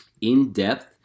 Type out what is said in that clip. in-depth